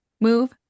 move